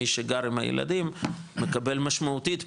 מי שגר עם הילדים מקבל משמעותית פחות,